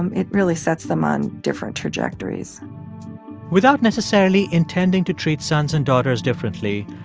um it really sets them on different trajectories without necessarily intending to treat sons and daughters differently,